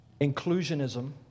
inclusionism